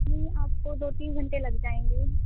نہیں آپ کو دو تین گھنٹے لگ جائیں گے